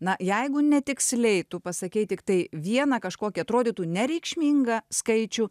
na jeigu netiksliai tu pasakei tiktai vieną kažkokį atrodytų nereikšmingą skaičių